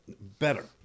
Better